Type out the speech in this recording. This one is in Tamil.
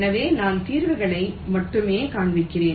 எனவே நான் தீர்வுகளை மட்டுமே காண்பிக்கிறேன்